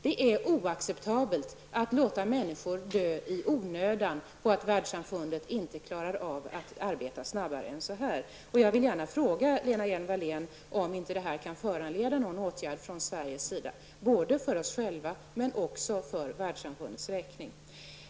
Det är oacceptabelt att låta människor dö i onödan därför att världssamfundet inte klarar av att arbeta snabbare än så här. Jag vill gärna fråga Lena Hjelm Wallén om inte det som nu hänt kan föranleda någon åtgärd från Sveriges sida, både för oss själva och också för världssamfundets räkning.